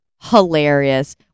hilarious